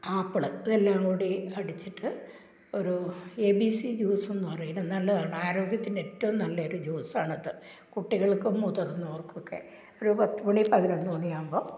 apple ഇതെല്ലാം കൂടി അടിച്ചിട്ട് ഒരു എ ബി സി ജ്യൂസെന്നു പറയും ഇതു നല്ലതാണ് ആരോഗ്യത്തിനേറ്റവും നല്ല ഒരു ജ്യൂസാണിത് കുട്ടികള്ക്കും മുതിര്ന്നവര്ക്കും ഒക്കെ ഒരു പത്തു മണി പതിനൊന്ന് മണിയാകുമ്പോൾ